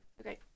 Okay